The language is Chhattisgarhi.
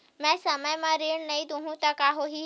मैं समय म ऋण नहीं देहु त का होही